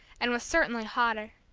and was certainly hotter.